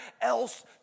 else